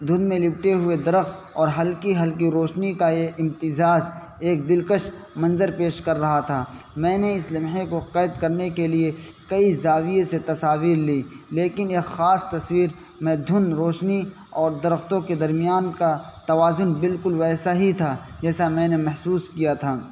دھند میں لپٹے ہوئے درخت اور ہلکی ہلکی روشنی کا یہ امتزاج ایک دلکش منظر پیش کر رہا تھا میں نے اس لمحے کو قید کرنے کے لیے کئی زاویے سے تصاویر لی لیکن ایک خاص تصویر میں دھند روشنی اور درختوں کے درمیان کا توازن بالکل ویسا ہی تھا جیسا میں نے محسوس کیا تھا